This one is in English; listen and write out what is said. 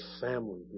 family